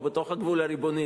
או: בתוך הגבול הריבוני,